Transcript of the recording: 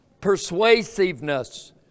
persuasiveness